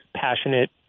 passionate